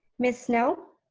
miss snell?